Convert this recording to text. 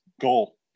goal